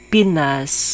Pinas